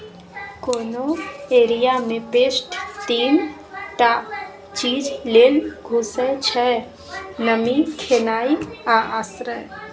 कोनो एरिया मे पेस्ट तीन टा चीज लेल घुसय छै नमी, खेनाइ आ आश्रय